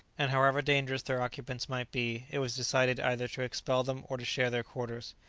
and however dangerous their occupants might be, it was decided either to expel them, or to share their quarters.